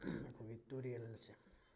ꯑꯩꯈꯣꯏꯒꯤ ꯇꯨꯔꯦꯜꯁꯦ